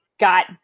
got